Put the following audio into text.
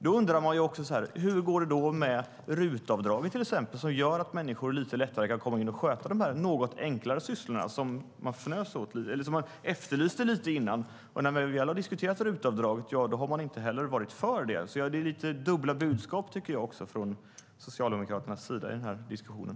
Då undrar jag: Hur går det då till exempel med RUT-avdraget, som gör att människor lite lättare kan komma in och sköta dessa något enklare sysslor, vilket man efterlyste lite grann tidigare? När vi väl har diskuterat RUT-avdraget har man inte heller varit för det. Det är lite dubbla budskap från Socialdemokraternas sida i denna diskussion.